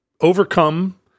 overcome